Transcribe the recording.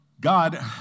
God